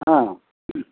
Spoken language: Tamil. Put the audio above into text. ஆ